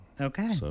Okay